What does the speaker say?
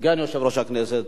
סגן יושב-ראש הכנסת.